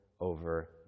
over